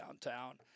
downtown